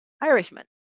Irishman